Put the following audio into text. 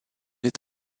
est